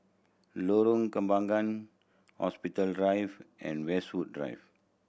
Lorong Kembangan Hospital Drive and Westwood Drive